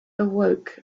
awoke